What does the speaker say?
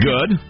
Good